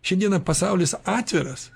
šiandieną pasaulis atviras